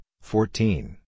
fourteen